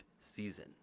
season